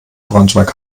braunschweig